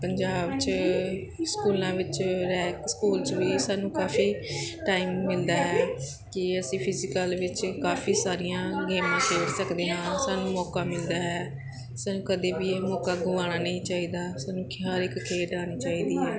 ਪੰਜਾਬ 'ਚ ਸਕੂਲਾਂ ਵਿੱਚ ਰਹਿ ਸਕੂਲ 'ਚ ਵੀ ਸਾਨੂੰ ਕਾਫੀ ਟਾਈਮ ਮਿਲਦਾ ਹੈ ਕਿ ਅਸੀਂ ਫਿਜੀਕਲ ਵਿੱਚ ਕਾਫੀ ਸਾਰੀਆਂ ਗੇਮਾਂ ਖੇਡ ਸਕਦੇ ਹਾਂ ਸਾਨੂੰ ਮੌਕਾ ਮਿਲਦਾ ਹੈ ਸਾਨੂੰ ਕਦੇ ਵੀ ਇਹ ਮੌਕਾ ਗੁਆਉਣਾ ਨਹੀਂ ਚਾਹੀਦਾ ਸਾਨੂੰ ਹਰ ਇੱਕ ਖੇਡ ਆਉਣੀ ਚਾਹੀਦੀ ਹੈ